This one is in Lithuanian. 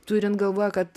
turint galvoje kad